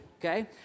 okay